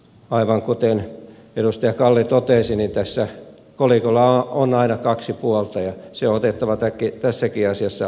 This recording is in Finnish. aivan kuten edustaja kalli totesi niin tässä kolikolla on aina kaksi puolta ja se on otettava tässäkin asiassa huomioon